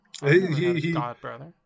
godbrother